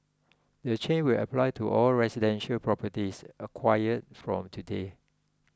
the change will apply to all residential properties acquired from today